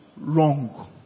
wrong